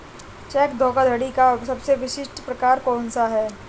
Check धोखाधड़ी का सबसे विशिष्ट प्रकार कौन सा है?